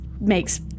makes